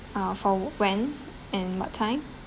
ah for when and what time